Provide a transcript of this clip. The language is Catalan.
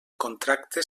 contracte